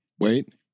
Wait